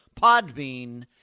Podbean